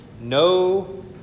No